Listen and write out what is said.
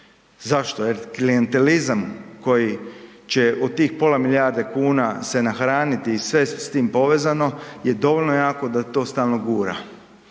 Zašto? Jer klijentelizam koji će u tih pola milijarde kuna se nahraniti i sve je s tim povezano je dovoljno jako da to stalno gura.